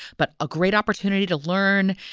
but a great opportunity to learn,